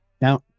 Now